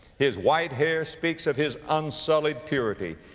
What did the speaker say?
his white hairs speaks of his unsullied purity.